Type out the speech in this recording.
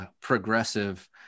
progressive